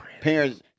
parents